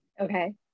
okay